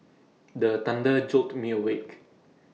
the thunder jolt me awake